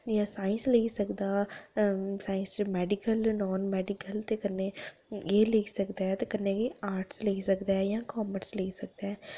जि'यां साईंस लेई सकदा साईंस च मैडिकल नान मैडिकल ते कन्नै एह् लेई सकदा ते कन्नै गै आर्ट्स लेई सकदा ऐ जां कामर्स लेई सकदा ऐ